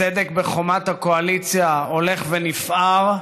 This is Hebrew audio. הסדק בחומת הקואליציה הולך ונפער,